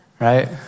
Right